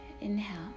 Inhale